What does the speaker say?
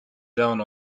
down